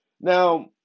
Now